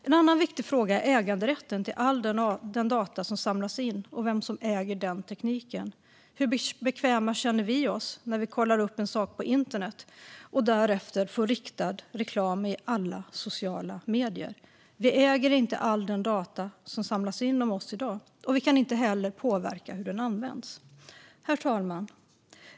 En annan viktig fråga är äganderätten till all den data som samlas in och vem som äger den tekniken. Hur bekväma känner vi oss när vi kollar upp en sak på internet och därefter får riktad reklam i alla sociala medier? Vi äger inte all den data som samlas in om oss i dag, och vi kan inte heller påverka hur den används. Herr talman!